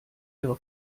ihre